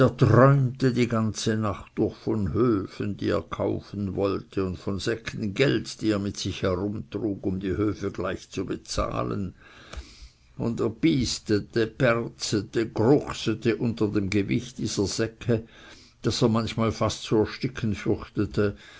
träumte die ganze nacht durch von höfen die er kaufen wollte und von säcken geld die er mit sich herumtrug um die höfe gleich zu bezahlen aber er bystete berzete gruchsete unter dem gewichte dieser säcke daß er manchmal fast zu ersticken